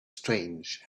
strange